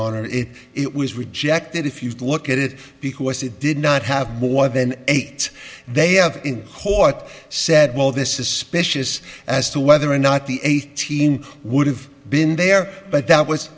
on it it was rejected if you look at it because they did not have more than eight they have in court said well this is suspicious as to whether or not the eighteen would have been there but that was